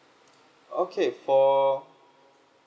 okay for